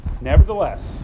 Nevertheless